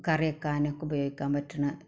കറി വെക്കാനുമൊക്കെ ഉപയോഗിക്കാൻ പറ്റുന്ന